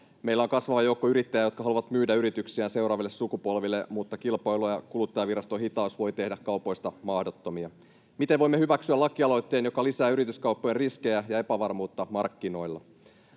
Meillä on kasvava joukko yrittäjiä, jotka haluavat myydä yrityksiä seuraaville sukupolville, mutta Kilpailu- ja kuluttajaviraston hitaus voi tehdä kaupoista mahdottomia. Miten voimme hyväksyä lakialoitteen, joka lisää yrityskauppojen riskejä ja epävarmuutta markkinoilla?